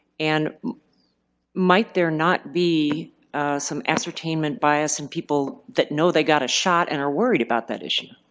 and might there not be some ascertainment bias in people that know they got a shot and are worried about that issue?